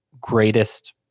greatest